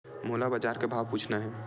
मोला बजार के भाव पूछना हे?